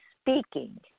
speaking